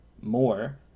more